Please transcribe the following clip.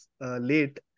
late